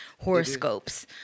horoscopes